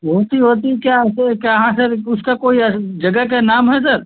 बहुत ही होती क्या सर कहाँ सर उसका कोई जगह का नाम है सर